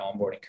onboarding